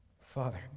Father